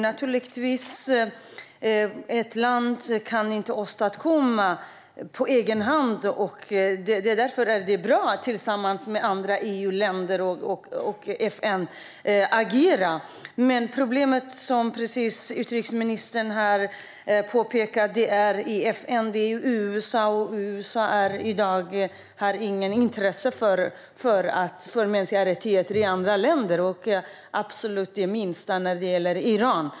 Naturligtvis kan inte ett land åstadkomma detta på egen hand; det är därför bra att agera tillsammans med andra EU-länder och FN-länder. Problemet vad gäller FN är, precis som utrikesministern påpekade, USA och att USA i dag inte har något intresse för mänskliga rättigheter i andra länder, inte heller i Iran.